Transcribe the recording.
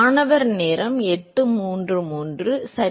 மாணவர் சரி சரி